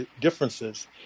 differences